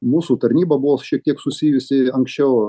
mūsų tarnyba buvo šiek tiek susijusi anksčiau